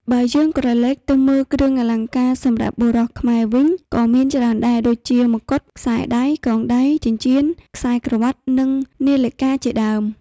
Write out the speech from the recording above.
បើយើងក្រឡេកទៅមើលគ្រឿងអលង្ការសម្រាប់បុរសខ្មែរវិញក៏មានច្រើនដែរ ដូចជា មកុដ ខ្សែដៃ កងដៃ ចិញ្ចៀន ខ្សែក្រវាត់និងនាឡិកាជាដើម។